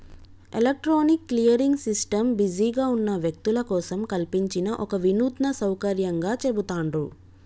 electronic clearing system బిజీగా ఉన్న వ్యక్తుల కోసం కల్పించిన ఒక వినూత్న సౌకర్యంగా చెబుతాండ్రు